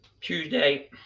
Tuesday